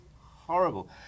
horrible